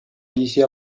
一些